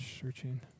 searching